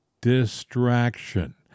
distraction